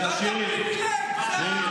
אתה אנין טעם.